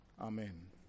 Amen